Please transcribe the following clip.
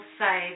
say